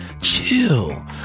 chill